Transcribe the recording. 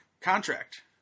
contract